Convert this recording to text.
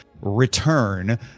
return